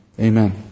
Amen